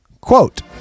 quote